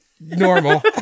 normal